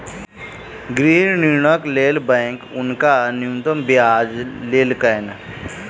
गृह ऋणक लेल बैंक हुनका न्यूनतम ब्याज लेलकैन